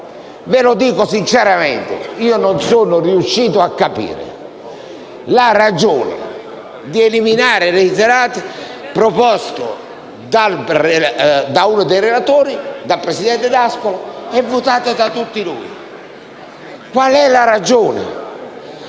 Ve lo dico sinceramente: non sono riuscito a capire la ragione per la quale eliminare la parola «reiterate» proposta da uno dei relatori, il presidente D'Ascola, e votata da tutti noi. Qual è la ragione?